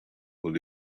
will